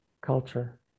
culture